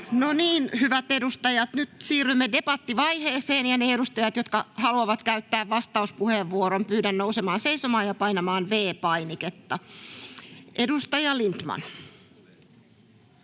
hyvät edustajat, nyt siirrymme debattivaiheeseen. Ne edustajat, jotka haluavat käyttää vastauspuheenvuoron, pyydän nousemaan seisomaan ja painamaan V-painiketta. — Edustaja Lindtman.